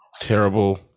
Terrible